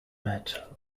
met